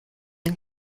ein